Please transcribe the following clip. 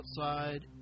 outside